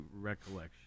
recollection